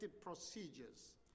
procedures